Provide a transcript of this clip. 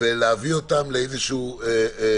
ולהביא אותם להסדרה.